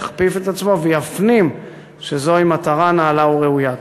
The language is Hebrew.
יכפיף את עצמו ויפנים שזוהי מטרה נעלה וראויה.